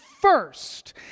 first